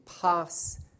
pass